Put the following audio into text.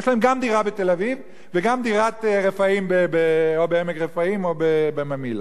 יש להם גם דירה בתל-אביב וגם דירת רפאים או בעמק-רפאים או בממילא.